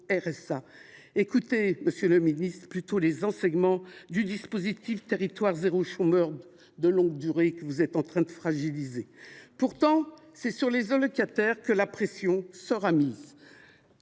RSA. Monsieur le ministre, tirez plutôt les enseignements du dispositif Territoires zéro chômeur de longue durée (TZCLD), que vous êtes en train de fragiliser. N’importe quoi ! Pourtant, c’est sur les allocataires que la pression sera mise.